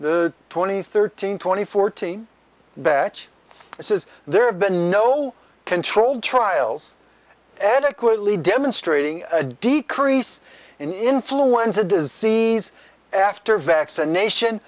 the twenty thirteen twenty fourteen batch says there have been no controlled trials adequately demonstrating a decrease in influenza disease after vaccination